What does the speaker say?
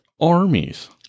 armies